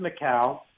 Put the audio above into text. Macau